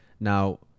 now